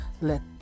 let